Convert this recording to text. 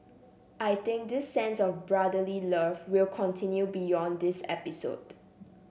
I think this sense of brotherly love will continue beyond this episode